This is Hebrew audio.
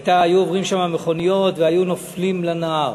היו עוברות שם המכוניות והיו נופלות לנהר.